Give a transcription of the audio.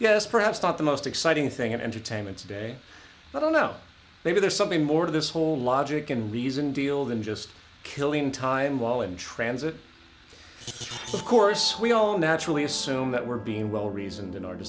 yes perhaps not the most exciting thing in entertainment today i don't know maybe there's something more to this whole logic and reason deal than just killing time while in transit of course we all naturally assume that we're being well reasoned in our de